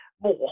more